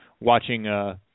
watching